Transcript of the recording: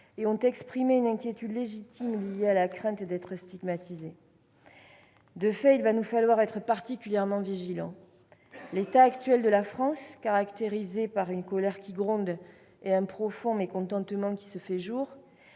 et ont exprimé une inquiétude légitime, liée à la crainte d'être stigmatisés. De fait, il va nous falloir être particulièrement vigilants ; l'état actuel de la France, caractérisé par une colère qui gronde et un profond mécontentement qui se fait jour,